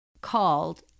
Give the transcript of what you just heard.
called